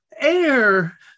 Air